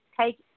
Take